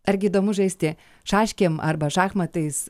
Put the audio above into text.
argi įdomu žaisti šaškėm arba šachmatais